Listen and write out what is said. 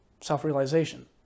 self-realization